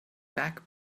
back